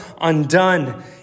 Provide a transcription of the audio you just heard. undone